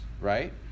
right